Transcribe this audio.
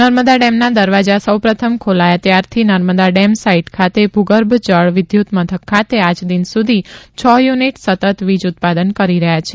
નર્મદા ડેમના દરવાજા સૌપ્રથમ ખોલાયા ત્યારથી નર્મદા ડેમ સાઇટ ખાતે ભૂગર્ભ જળ વિદ્યુત મથક ખાતે આજદીન સુધી છ યુનિટ સતત વીજ ઉત્પાદન કરી રહ્યા છે